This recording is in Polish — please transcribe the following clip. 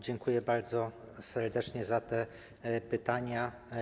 Dziękuję bardzo serdecznie za te pytania.